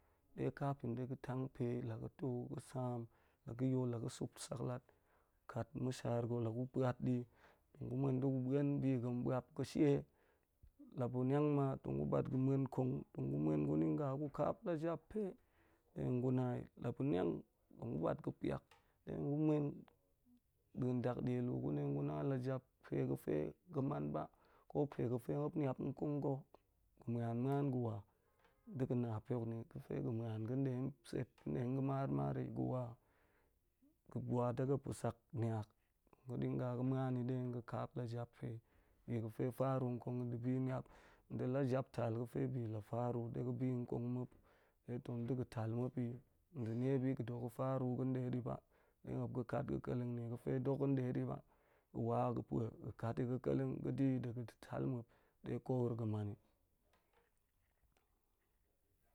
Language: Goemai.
De kafin de ga̱ tang pe yi la ga̱ to ga̱ sam la ga̱ yol la ga̱ sup sak lat, kat ma̱shar ga̱ la ga̱ puat da̱ tong ga̱ muan ɗe gfu buan bi ga̱n buap ga̱she, la bu niang ma̱ tong gu bat pa muan nkong tong gu muan gu dinga gu kaap la jap pe ɗe gu na yi. La pa̱ mang tong gu ba̱t pa̱ piak gu muan da̱a̱n dakdya lu gu ɗe gu na la jap pe ga̱fe ga̱ man ba ko pe ga̱fe muap niap nko̱ng ga̱ ga̱ muan-muan ga̱ wa ɗe ga̱ na pe hok, nie ga̱fe ga̱ muan ga̱n de set ga̱ de ga̱ mar-mar yi, ga̱ wa, ga̱ wa de ga̱ pa̱ sak niak ga̱ dinga ga̱ muan ɗa̱ ɗe tong ga̱ kaap la jap pe yi, bi ga̱fe faku la faru ɗe ga̱ biyi kong muap, de tong de ga̱ tal muap yi nɗe nie bi ga̱ dok ga̱ faru ga̱n ɗe ba̱ba de muap ga̱ kat keleng nie ga̱fe dok ga̱n de ɗa̱ ba, ga̱ waa ga̱ puah ga̱ kat ta̱ ga̱ keleng ga̱ ɗa yi de ga̱n de tal muap de ko wuro ga̱ man ni.